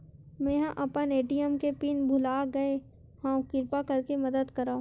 मेंहा अपन ए.टी.एम के पिन भुला गए हव, किरपा करके मदद करव